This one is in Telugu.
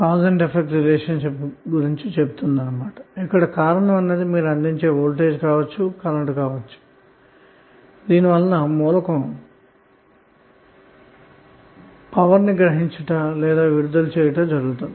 కాబట్టిఇక్కడ కారణం అన్నది మీరు అందించే వోల్టేజ్ లేదా విద్యుత్తు ఇన్పుట్ కావచ్చుదీని వలన మూలకం శక్తిని గ్రహించడం గాని విడుదల చేయటం గాని జరుగుతుంది